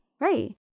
Right